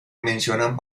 mencionan